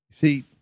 See